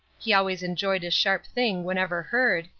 he always enjoyed a sharp thing wherever heard,